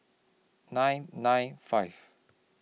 nine nine five